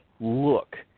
look